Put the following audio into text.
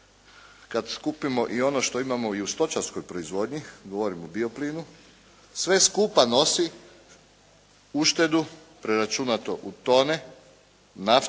kada skupimo i ono što imamo i u stočarskoj proizvodnji, govorim o bio plinu, sve skupa nosi uštedu preračunato u tone nafte